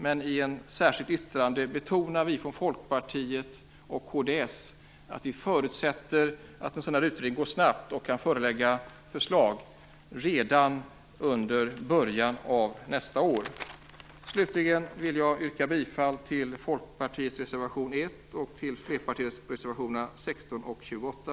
Men i ett särskilt yttrande betonar vi i Folkpartiet och kd att vi förutsätter att en sådan utredning går snabbt och kan lägga fram förslag redan i början av nästa år. Till slut vill jag yrka bifall till Folkpartiets reservation 1 och till flerpartireservationerna 16 och 28.